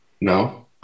no